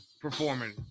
performing